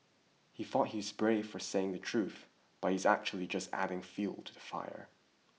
he thought he's brave for saying the truth but he's actually just adding fuel to the fire